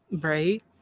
right